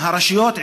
עם הרשויות,